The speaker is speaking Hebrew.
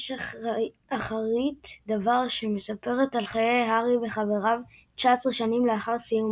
יש אחרית דבר שמספרת על חיי הארי וחבריו 19 שנים לאחר סיום